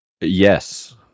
Yes